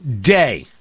day